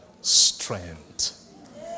strength